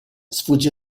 sfugge